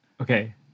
Okay